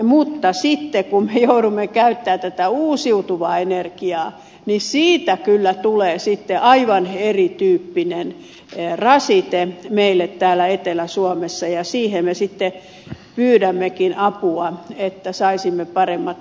mutta sitten kun me joudumme käyttämään tätä uusiutuvaa energiaa niin siitä kyllä tulee sitten aivan erityyppinen rasite meille täällä etelä suomessa ja siihen me sitten pyydämmekin apua että saisimme paremmat syöttötariffit